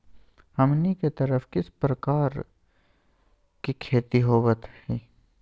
हमनी के तरफ किस किस प्रकार के खेती होवत है?